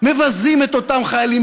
מבזים את אותם חיילים,